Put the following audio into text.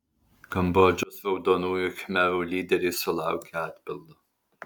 kambodžos raudonųjų khmerų lyderiai sulaukė atpildo